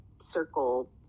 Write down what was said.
circle